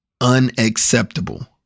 Unacceptable